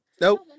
Nope